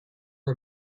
are